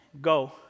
go